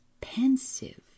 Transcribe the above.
pensive